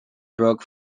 brook